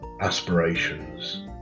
aspirations